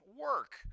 work